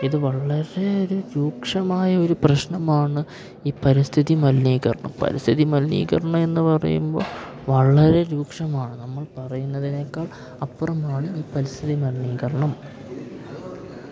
ഇത് വളരെ ഒരു രൂക്ഷമായ ഒരു പ്രശ്നമാണ് ഈ പരിസ്ഥിതി മലിനീകരണം പരിസ്ഥിതി മലിനീകരണം എന്ന് പറയുമ്പോൾ വളരെ രൂക്ഷമാണ് നമ്മൾ പറയുന്നതിനേക്കാൾ അപ്പുറമാണ് ഈ പരിസ്ഥിതി മലിനീകരണം